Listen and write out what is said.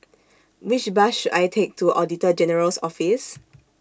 Which Bus should I Take to Auditor General's Office